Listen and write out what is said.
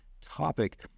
topic